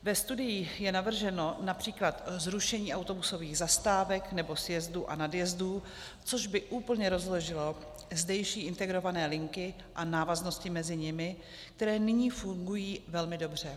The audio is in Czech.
Ve studii je navrženo např. zrušení autobusových zastávek nebo sjezdů a nadjezdů, což by úplně rozložilo zdejší integrované linky a návaznosti mezi nimi, které nyní fungují velmi dobře.